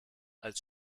als